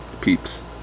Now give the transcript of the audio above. peeps